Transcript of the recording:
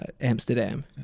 Amsterdam